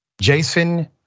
Jason